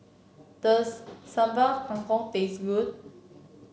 does Sambal Kangkong taste good